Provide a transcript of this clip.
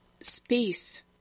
space